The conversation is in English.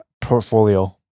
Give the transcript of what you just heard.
portfolio